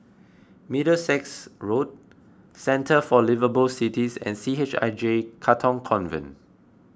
Middlesex Road Centre for Liveable Cities and C H I J Katong Convent